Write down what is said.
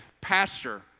pastor